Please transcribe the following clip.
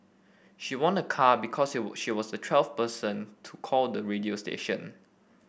she won a car because she was the twelfth person to call the radio station